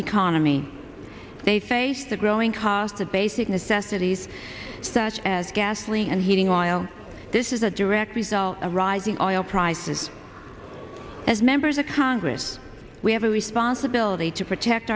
economy faced the growing cost of basic necessities such as gasoline and heating oil this is a direct result of rising oil prices as members of congress we have a responsibility to protect